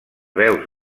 veus